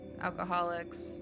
alcoholics